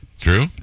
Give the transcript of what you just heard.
Drew